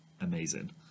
amazing